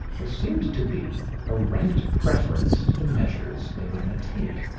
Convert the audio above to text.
there seemed to be a ranked preference to the measures they were going to take.